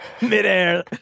midair